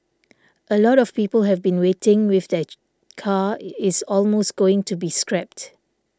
a lot of people have been waiting with their car is almost going to be scrapped